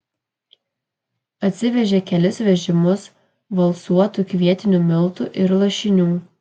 atsivežė kelis vežimus valcuotų kvietinių miltų ir lašinių